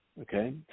Okay